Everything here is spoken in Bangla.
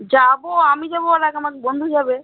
যাবো আমি যাবো আর এক আমার বন্ধু যাবে